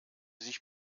sich